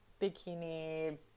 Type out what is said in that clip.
bikini